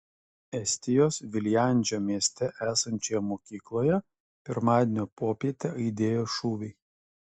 estijos viljandžio mieste esančioje mokykloje pirmadienio popietę aidėjo šūviai